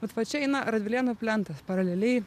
bet va čia eina radvilėnų plentas paraleliai